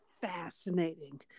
fascinating